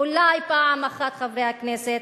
אולי פעם אחת, חברי הכנסת,